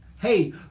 Hey